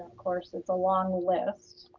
course, it's a long list,